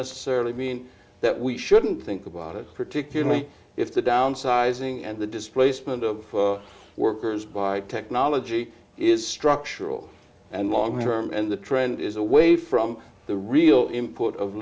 necessarily mean that we shouldn't think about it particularly if the downsizing and the displacement of workers by technology is structural and long term and the trend is away from the real import of